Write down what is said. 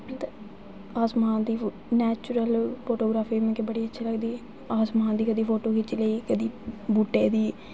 आसमान दी natural photo मिगी बड़ी अच्छी लगदी ऐ आसमान दी कदें फोटो खिच्ची लेई कदें बूह्टें दी